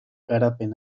garapen